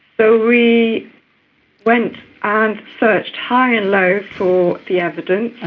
so we went and searched high and low for the evidence,